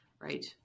Right